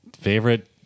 favorite